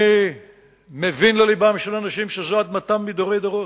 אני מבין ללבם של אנשים שזו אדמתם מדורי דורות,